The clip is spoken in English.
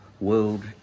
world